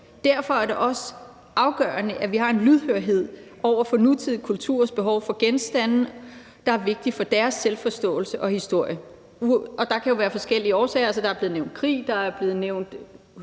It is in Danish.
Derfor er det også afgørende, at vi har en lydhørhed over for nutidige kulturers behov for genstande, der er vigtige for deres selvforståelse og historie, og det kan der jo være forskellige årsager til. Krige er blevet nævnt, og der er blevet nævnt